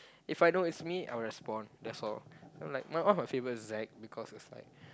If I know it's me I will respond that's all then I'm like one of my favourite is Zac because it's like